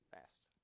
Fast